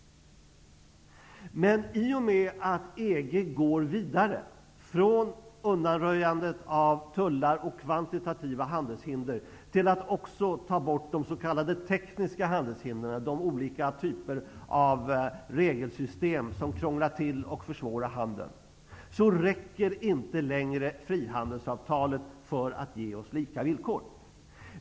Men i och med att EG går vidare från undanröjandet av tullar och kvantitativa handelshinder till att också ta bort de s.k. tekniska handelshindren -- de regelsystem som krånglar till och försvårar handeln -- räcker inte längre frihandelsavtalet för att ge oss lika villkor.